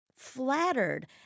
flattered